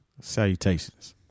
Salutations